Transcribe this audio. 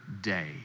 day